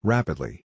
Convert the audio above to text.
Rapidly